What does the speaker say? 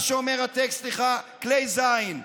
מה שאומר הטקסט, סליחה, כלי זין.